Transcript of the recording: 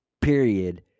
period